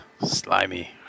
Slimy